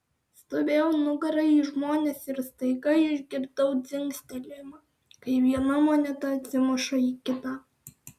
stovėjau nugara į žmones ir staiga išgirdau dzingtelėjimą kai viena moneta atsimuša į kitą